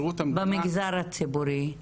במגזר הציבורי?